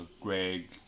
Greg